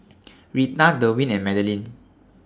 Rita Derwin and Madeline